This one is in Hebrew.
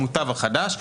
המוטב החדש,